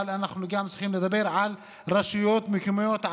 אבל אנחנו גם צריכים לדבר על רשויות מקומיות.